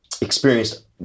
experienced